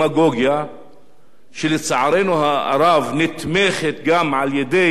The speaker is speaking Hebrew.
שלצערנו הרב נתמכת גם על-ידי מדינות אחרות